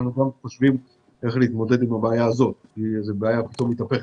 אנחנו גם חושבים איך להתמודד עם הבעיה הזו כי המצב פתאום מתהפך